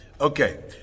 Okay